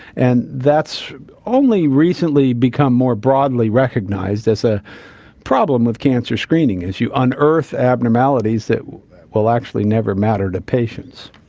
and that's only recently become more broadly recognised as a problem with cancer screening, is you unearth abnormalities that will actually never matter to patients.